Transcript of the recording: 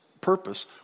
purpose